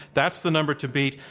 that's the number to beat.